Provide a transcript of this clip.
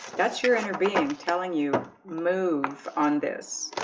that's your inner being telling you move on this